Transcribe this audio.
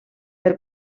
per